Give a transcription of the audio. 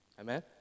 Amen